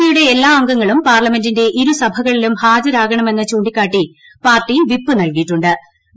പിയുടെ എല്ലാ അംഗങ്ങളും പാർലമെന്റിന്റെ ഇരുസഭകളിലും ഹാജരാകണമെന്ന് ചൂിക്കാട്ടി പാർട്ടി വിപ്പ് നൽകിയിട്ടു്